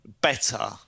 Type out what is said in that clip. better